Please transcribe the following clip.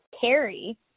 Carrie